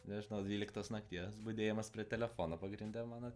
nežinau dvyliktos nakties budėjimas prie telefono pagrinde mano